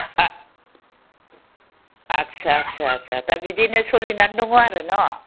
आस्सा आस्सा आस्सा दा बिदिनो सोलिनानै दङ आरो न